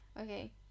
Okay